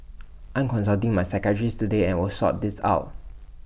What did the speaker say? I'm consulting my psychiatrist today and will sort this out